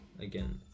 again